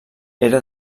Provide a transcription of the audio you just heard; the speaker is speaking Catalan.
era